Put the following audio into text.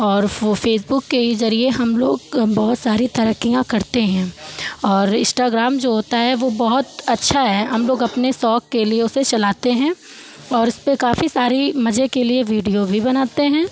और वो फ़ेसबुक के ही जरिए हम लोग बहुत सारी तरक्कियाँ करते हैं और इस्टाग्राम जो होता है वो बहुत अच्छा है हम लोग अपने शौक के लिए उसे चलाते हैं और उसपे काफ़ी सारी मजे के लिए वीडियो भी बनाते हैं